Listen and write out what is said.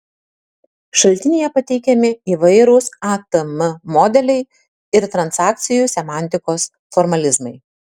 šaltinyje pateikiami įvairūs atm modeliai ir transakcijų semantikos formalizmai